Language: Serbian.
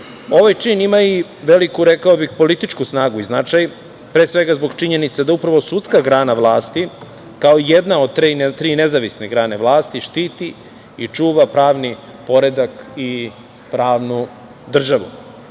Ovaj čin ima veliku, rekao bih i političku snagu i značaja, pre svega zbog činjenice da upravo sudska grana vlasti, kao jedan od tri nezavisne grane vlasti, štiti i čuva pravni poredak i pravnu državu. Prilika